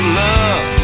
love